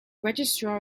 registrar